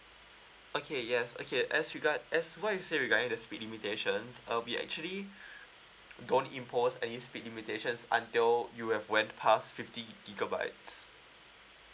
okay yes okay as regard as what you said regarding the speed limitations uh we actually don't impose any speed limitations until you have went past fifty gigabytes